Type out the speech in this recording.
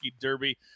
Derby